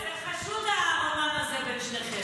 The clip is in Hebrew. בוא הנה, זה חשוד, הרומן הזה בין שניכם.